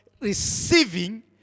receiving